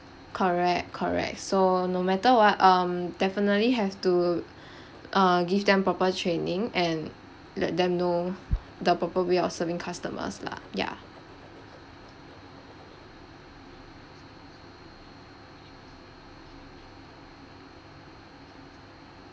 correct correct so no matter what um definitely have to uh give them proper training and let them know the proper way of serving customers lah ya